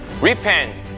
Repent